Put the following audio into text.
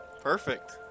Perfect